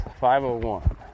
501